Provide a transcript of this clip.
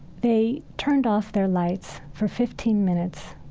they turned off their lights for fifteen minutes.